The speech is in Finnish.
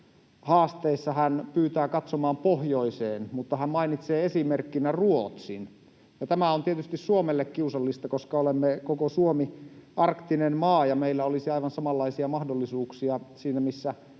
haasteissa, hän pyytää katsomaan pohjoiseen, mutta hän mainitsee esimerkkinä Ruotsin. Tämä on tietysti Suomelle kiusallista, koska olemme koko Suomi arktinen maa ja meillä olisi aivan samanlaisia mahdollisuuksia siinä, missä